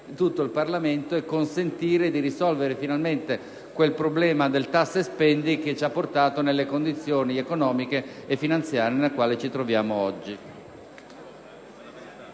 tutto il Parlamento e consentire di risolvere finalmente quel problema del "tassa e spendi" che ci ha portato nelle condizioni economiche e finanziarie in cui ci troviamo oggi.